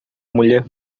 mulher